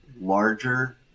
larger